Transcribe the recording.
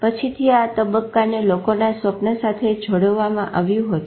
પછીથી આ તબ્બ્કાને લોકોના સ્વપ્ના સાથે જોડવામાં આવ્યુ હતું